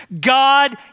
God